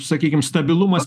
sakykim stabilumas